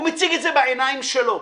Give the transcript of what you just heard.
הוא מציג את זה בעיניים שלו.